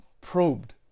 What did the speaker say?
probed